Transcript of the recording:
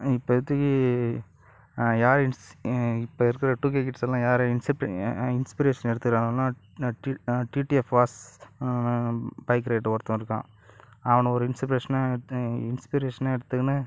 இப்போதிக்கி யார இன்ஸ் இப்போ இருக்கிற டூகே கிட்ஸ் எல்லாம் யாரை இன்செட் இன்ஸ்ப்பிரேஷன் எடுத்துக்கிறாங்கன்னா டி டிடிஎஃப் வாஸ் பைக் ரைடர் ஒருத்தவன் இருக்கான் அவனை ஒரு இன்ஸ்ப்பிரேஷனா எடுத் இன்ஸ்ப்பிரேஷனாக எடுத்துக்குன்னு